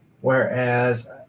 whereas